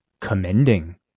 commending